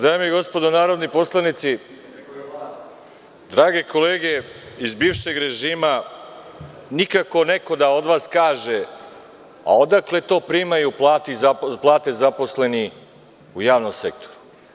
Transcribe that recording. Dame i gospodo narodni poslanici, drage kolege iz bivšeg režima, nikako neko da od vas kaže – odakle to primaju plate zaposleni u javnom sektoru?